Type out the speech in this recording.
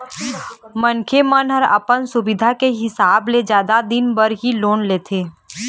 मनखे मन ह अपन सुबिधा के हिसाब ले जादा दिन बर ही लोन लेथे